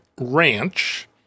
ranch